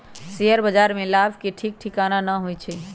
share बाजार में लाभ के ठीक ठिकाना न होइ छइ